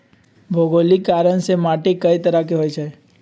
भोगोलिक कारण से माटी कए तरह के होई छई